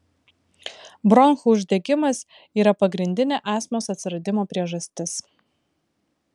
bronchų uždegimas yra pagrindinė astmos atsiradimo priežastis